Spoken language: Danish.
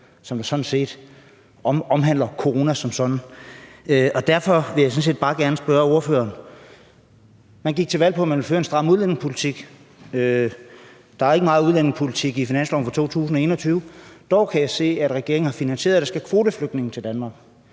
som omhandler corona som sådan. Man gik til valg på, at man ville føre en stram udlændingepolitik, men der er ikke meget udlændingepolitik i finansloven for 2021. Dog kan jeg se, at regeringen har finansieret, at der skal kvoteflygtninge til Danmark.